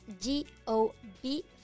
g-o-b